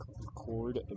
record